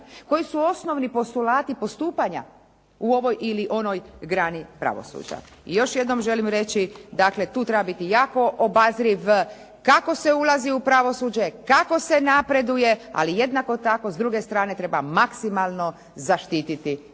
Koji su osnovni postulati postupanja u ovoj ili onoj grani pravosuđa. I još jednom želim reći, dakle tu treba biti jako obazriv kako se ulazi u pravosuđe, kako se napreduje, ali jednako tako s druge strane treba maksimalno zaštititi pravosudnog